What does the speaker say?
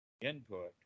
input